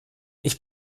ich